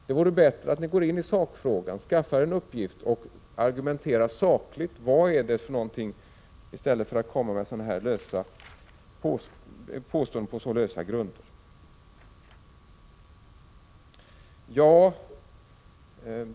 Det vore bättre att man tog ställning i sakfrågan och argumenterade sakligt i stället för att göra påståenden på så lösa grunder.